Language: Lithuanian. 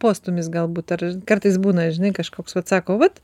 postūmis galbūt ar kartais būna žinai kažkoks vat sako vat